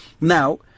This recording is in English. now